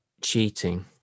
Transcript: cheating